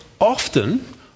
Often